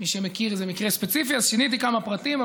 מי שמכיר איזה מקרה ספציפי, אז שיניתי כמה פרטים.